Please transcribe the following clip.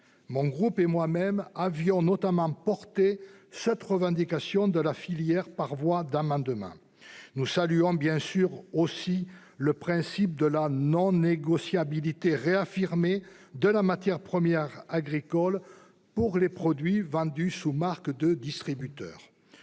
Mon groupe et moi-même avions notamment porté cette revendication de la filière par voie d'amendements. Nous saluons aussi la réaffirmation du principe de la non-négociabilité de la matière première agricole pour les produits vendus sous marque de distributeur.